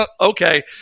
okay